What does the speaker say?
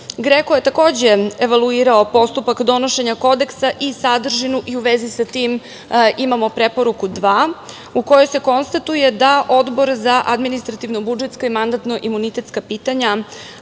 GREKO je evaluirao postupak donošenja Kodeksa i sadržinu i u vezi sa tim imamo Preporuku 2, u kojoj se konstatuje da Odbor za administrativno-budžetska i mandatno-imunitetska pitanja